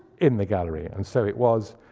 in the gallery. and so it was,